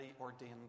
ordained